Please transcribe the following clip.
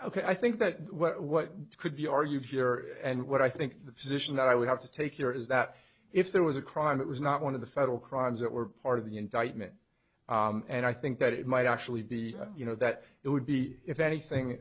ok i think that what could be argued here and what i think the position that i would have to take here is that if there was a crime that was not one of the federal crimes that were part of the indictment and i think that it might actually be you know that it would be if anything